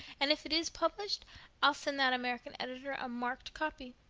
and if it is published i'll send that american editor a marked copy.